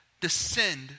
descend